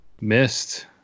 missed